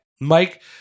Mike